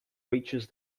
reaches